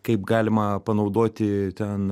kaip galima panaudoti ten